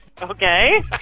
Okay